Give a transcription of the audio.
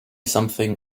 something